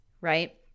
right